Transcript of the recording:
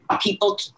People